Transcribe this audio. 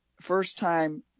first-time